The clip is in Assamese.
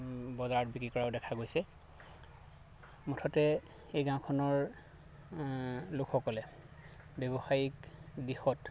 বজাৰত বিক্ৰী কৰাও দেখা গৈছে মুঠতে এই গাঁওখনৰ লোকসকলে ব্যৱসায়িক দিশত